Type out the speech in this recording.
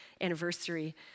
anniversary